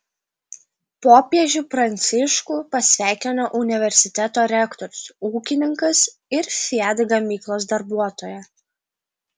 popiežių pranciškų pasveikino universiteto rektorius ūkininkas ir fiat gamyklos darbuotoja